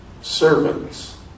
servants